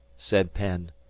said penn.